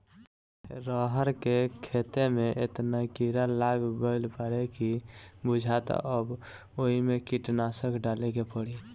रहर के खेते में एतना कीड़ा लाग गईल बाडे की बुझाता अब ओइमे कीटनाशक डाले के पड़ी